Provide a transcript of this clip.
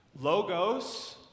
Logos